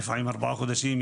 לפעמים ארבעה חודשים.